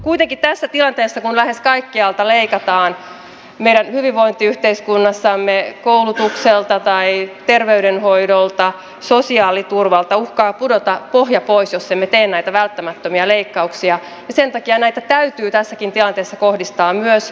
kuitenkin tässä tilanteessa kun lähes kaikkialta leikataan meidän hyvinvointiyhteiskunnassamme koulutukselta terveydenhoidolta sosiaaliturvalta uhkaa pudota pohja pois jos emme tee näitä välttämättömiä leikkauksia ja sen takia näitä täytyy tässäkin tilanteessa kohdistaa myös kehitysyhteistyöhön